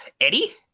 Eddie